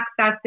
accessing